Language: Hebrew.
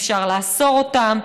אפשר לאסור אותם,